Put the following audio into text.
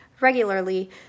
regularly